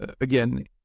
again